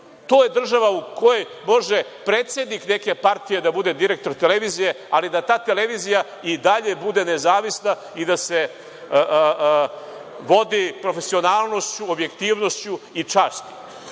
To je država u kojoj može predsednik neke partije da bude direktor televizije, ali da ta televizija i dalje bude nezavisna i da se vodi profesionalnošću, objektivnošću i čašću.